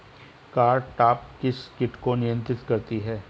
Cartap किस किट को नियंत्रित करती है?